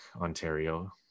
Ontario